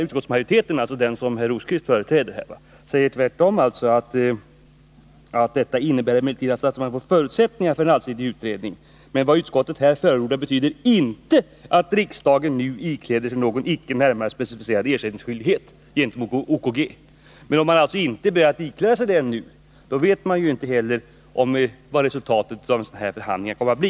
Utskottsmajoriteten — den som herr Rosqvist företräder här — säger i anslutning till att man framhåller att statsmakterna nu bör få förutsättningar för en mera allsidig utredning: ”Vad utskottet här förordar betyder inte att riksdagen nu ikläder sig någon icke närmare specificerad ersättningsskyldighet gentemot OKG.” Är man ännu inte beredd att ikläda sig någon ersättningsskyldighet, så vet man alltså inte heller vilket resultatet av förhandlingarna kommer att bli.